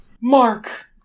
Mark